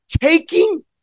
taking